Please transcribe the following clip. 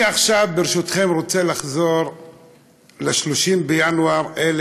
אני עכשיו, ברשותכם, רוצה לחזור ל-30 בינואר 1933,